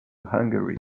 hungary